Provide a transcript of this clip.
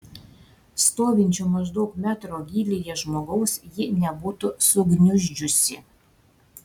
stovinčio maždaug metro gylyje žmogaus ji nebūtų sugniuždžiusi